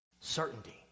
Certainty